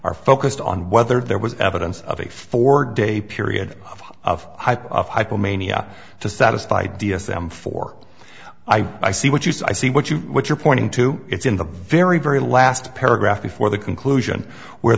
are focused on whether there was evidence of a four day period of hypomania to satisfy d s m four i see what you say i see what you what you're pointing to it's in the very very last paragraph before the conclusion where